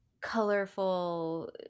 colorful